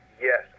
Yes